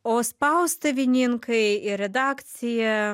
o spaustuvininkai ir redakcija